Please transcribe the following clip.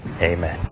Amen